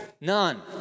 None